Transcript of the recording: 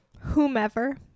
whomever